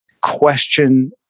question